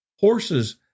horses